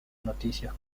noticias